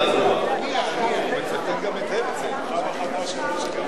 אדוני, בבקשה.